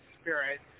Spirit